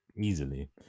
Easily